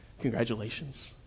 Congratulations